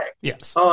Yes